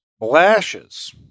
lashes